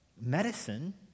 medicine